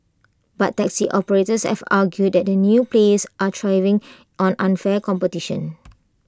but taxi operators have argued that the new players are thriving on unfair competition